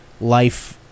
life